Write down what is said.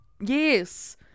yes